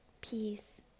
peace